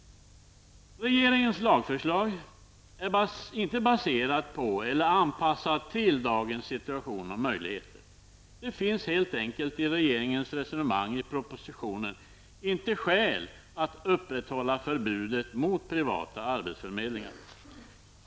Regeringens lagförslag är inte baserat på eller anpassat till dagens situation och möjligheter. Det finns helt enkelt i regeringens resonemang i propositionen inte skäl att upprätthålla förbudet mot privata arbetsförmedlingar.